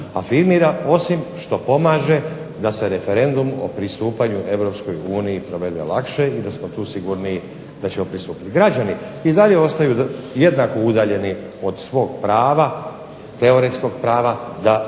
afirmira osim što pomaže da se referendum o pristupanju EU provede lakše i da smo tu sigurniji da ćemo pristupiti. Građani i dalje ostaju jednako udaljeni od svog teoretskog prava da